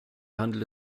handelt